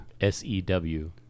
S-E-W